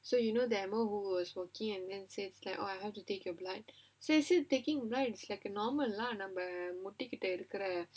so you know they're amma who is working and then it's like oh I have to take your blood சரி சரி:sari sari taking blood like a normal lah நம்ப முட்டி கிட்ட இருக்குற:namba mutti kitta irukkura